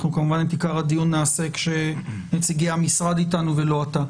כמובן את עיקר הדיון נעשה כשנציגי המשרד איתנו ולא אתה.